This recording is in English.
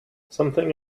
something